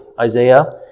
Isaiah